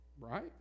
Right